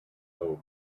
hope